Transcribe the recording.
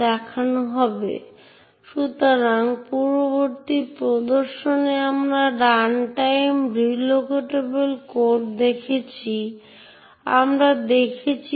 এবং কীভাবে ক্ষমতা ব্যবহার করে অ্যাক্সেস নিয়ন্ত্রণ তালিকা এবং প্রথম দিকে ফর্ম যা ছিল এক্সেস কন্ট্রোল ম্যাট্রিক্স প্রয়োগ করা যেতে পারে তা দেখবো